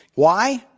why?